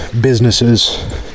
businesses